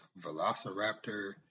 Velociraptor